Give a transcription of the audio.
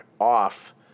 off